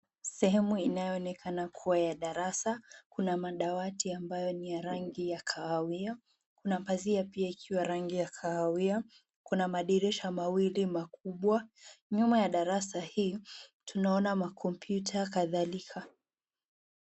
Sehemu inayoonekana kuwa ya darasa, kuna madawati ambayo ni ya rangi ya kahawia. Kuna pazia pia ikiwa rangi ya kahawia. Kuna madirisha mawili makubwa. Nyuma ya darasa hii tunaona makompyuta kadhalika.